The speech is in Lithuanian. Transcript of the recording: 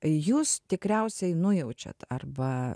jūs tikriausiai nujaučiat arba